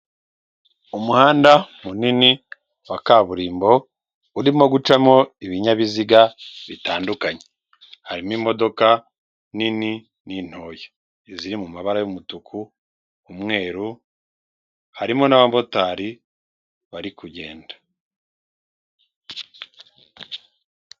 Umuhanda munini wa kaburimbo, urimo gucamo ibinyabiziga bitandukanye. Harimo imodoka nini n'intoya. Iziri mu mabara y'umutuku, umweru, harimo n'abamotari bari kugenda.